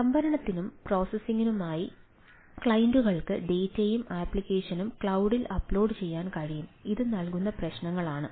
സംഭരണത്തിനും പ്രോസസ്സിംഗിനുമായി ക്ലയന്റുകൾക്ക് ഡാറ്റയും ആപ്ലിക്കേഷനും ക്ലൌഡിൽ അപ്ലോഡ് ചെയ്യാൻ കഴിയും ഇത് നൽകുന്ന പ്രശ്നങ്ങളാണ്